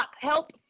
help